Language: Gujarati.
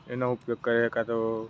એનો ઉપયોગ કરે કાં તો